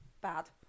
bad